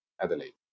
Adelaide